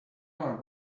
are